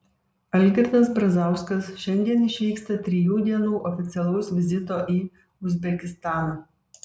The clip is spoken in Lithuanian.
algirdas brazauskas šiandien išvyksta trijų dienų oficialaus vizito į uzbekistaną